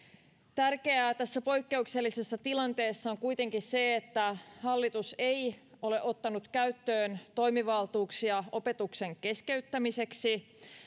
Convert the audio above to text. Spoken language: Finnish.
tärkeää tässä poikkeuksellisessa tilanteessa on kuitenkin se että hallitus ei ole ottanut käyttöön toimivaltuuksia opetuksen keskeyttämiseksi